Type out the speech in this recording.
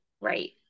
Right